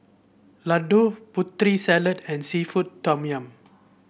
laddu Putri Salad and seafood Tom Yum